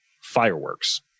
fireworks